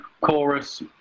Chorus